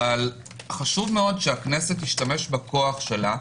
חשוב שהכנסת תשתמש בכוח שלה,